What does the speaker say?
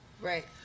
Right